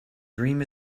dream